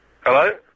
Hello